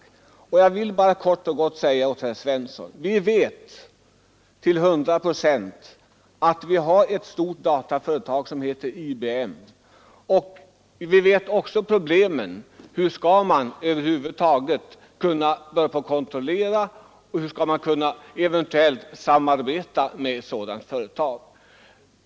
Jag vill bara säga till herr Svensson att nog vet vi att vi har ett dataföretag som heter IBM. Vi känner också till problemen när det gäller att kontrollera och eventuellt samarbeta med sådana företag.